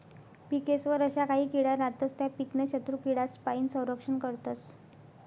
पिकेस्वर अशा काही किडा रातस त्या पीकनं शत्रुकीडासपाईन संरक्षण करतस